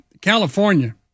California